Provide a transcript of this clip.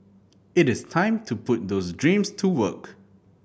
it is time to put those dreams to work